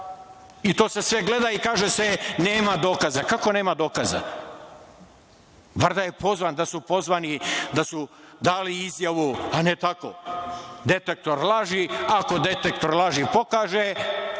i to se sve gleda i kaže se – nema dokaza? Kako nema dokaza? Bar da je pozvan, da su pozvani, da su dali izjavu, a ne tako, detektor laži, ako detektor laži pokaže,